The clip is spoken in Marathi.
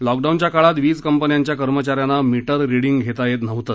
लॉकडाऊनच्या काळात वीज कंपन्यांच्या कर्मचाऱ्यांना मीटर रीडिंग घेता येत नव्हतं